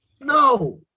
No